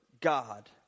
God